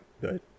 good